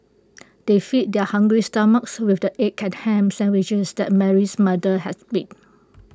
they fed their hungry stomachs with the egg and Ham Sandwiches that Mary's mother has made